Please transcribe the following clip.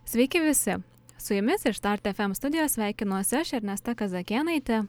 sveiki visi su jumis iš štart fm studijos sveikinuosi aš ernesta kazakėnaitė